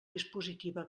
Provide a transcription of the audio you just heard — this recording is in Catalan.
dispositiva